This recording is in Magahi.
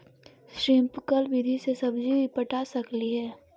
स्प्रिंकल विधि से सब्जी पटा सकली हे?